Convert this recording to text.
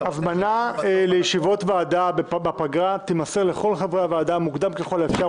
הזמנה לישיבות ועדה בפגרה תימסר לכל חברי הוועדה מוקדם ככל האפשר,